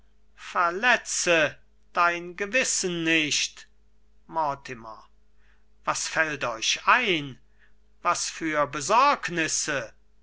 verletze dein gewissen nicht mortimer was fällt euch ein was für besorgnisse